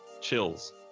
Chills